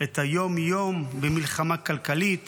את היום-יום במלחמה כלכלית